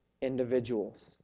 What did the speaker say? individuals